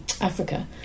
Africa